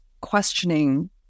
questioning